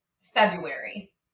February